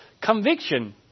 Conviction